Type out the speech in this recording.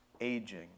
aging